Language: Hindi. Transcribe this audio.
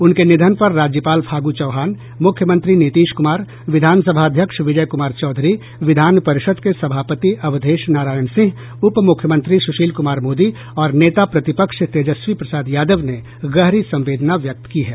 उनके निधन पर राज्यपाल फागू चौहान मुख्यमंत्री नीतीश कुमार विधान सभा अध्यक्ष विजय कुमार चौधरी विधान परिषद् के सभापति अवधेश नारायण सिंह उप मुख्यमंत्री सुशील कुमार मोदी और नेता प्रतिपक्ष तेजस्वी प्रसाद यादव ने गहरी संवेदना व्यक्त की है